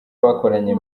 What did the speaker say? bakoranye